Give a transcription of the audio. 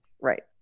Right